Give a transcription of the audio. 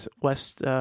West